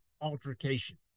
altercation